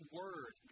word